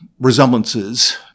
resemblances